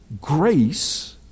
grace